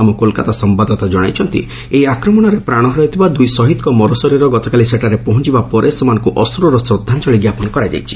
ଆମ କୋଲ୍କାତା ସମ୍ଭାଦଦାତା ଜଣାଇଛନ୍ତି ଏହି ଆକ୍ରମଣରେ ପ୍ରାଣ ହରାଇଥିବା ଦୂଇ ଶହୀଦଙ୍କ ମରଶରୀର ଗତକାଲି ସେଠାରେ ପହଞ୍ଚବା ପରେ ସେମାନଙ୍କୁ ଅଶ୍ରୁଳ ଶ୍ରଦ୍ଧାଞ୍ଚଳି ଜ୍ଞାପନ କରାଯାଇଛି